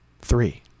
Three